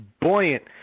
buoyant